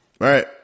right